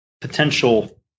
potential